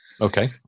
okay